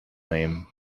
name